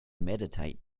meditate